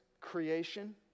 creation